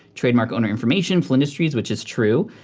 trademark owner information, flynndustries, which is true.